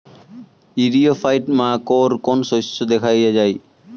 ইরিও ফাইট মাকোর কোন শস্য দেখাইয়া যায়?